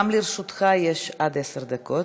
גם לרשותך עד עשר דקות.